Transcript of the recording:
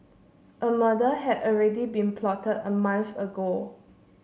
a murder had already been plotted a month ago